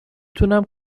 تونم